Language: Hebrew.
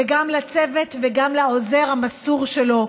וגם לצוות וגם לעוזר המסור שלו,